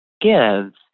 gives